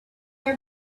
were